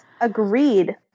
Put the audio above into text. agreed